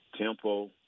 tempo